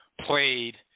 played